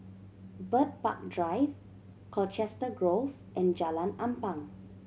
Bird Park Drive Colchester Grove and Jalan Ampang